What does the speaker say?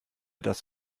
das